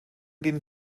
den